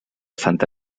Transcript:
santa